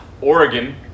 Oregon